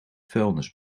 vuilnis